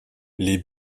les